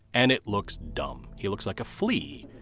and it looks dumb. he looks like a flea,